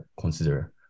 consider